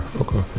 okay